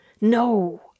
No